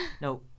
no